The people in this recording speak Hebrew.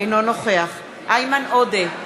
אינו נוכח איימן עודה,